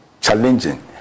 challenging